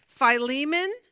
Philemon